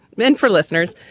then for listeners,